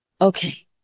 Okay